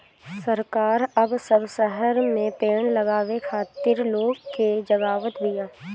सरकार अब सब शहर में पेड़ लगावे खातिर लोग के जगावत बिया